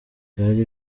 byari